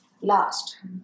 last